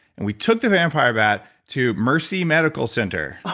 and we took the vampire bat to mercy medical center.